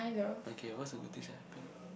okay what's the good things that happened